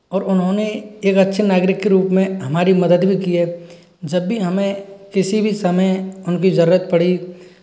और उन्होंने एक अच्छे नागरिक के रूप में हमारी मदद भी की है जब भी हमें किसी भी समय उनकी ज़रूरत पड़ी